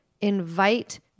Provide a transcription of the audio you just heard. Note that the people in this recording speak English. invite